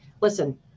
listen